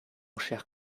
cher